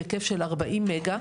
בהיקף של 40 מגה,